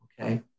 okay